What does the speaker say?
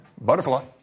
Butterfly